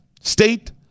state